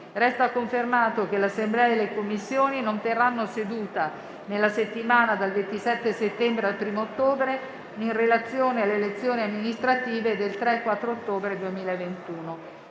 Resta confermato che l'Assemblea e le Commissioni non terranno seduta nella settimana dal 27 settembre al 1° ottobre, in relazione alle elezioni amministrative del 3 e 4 ottobre 2021.